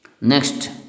next